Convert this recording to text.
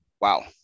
Wow